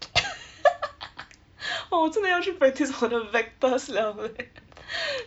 我真的要去 practice 我的 vectors leh over